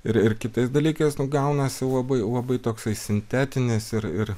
ir ir kitais dalykais gaunasi labai labai toksai sintetinis ir ir